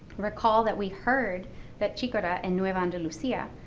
recall that we heard that chicora in nueva andalucia,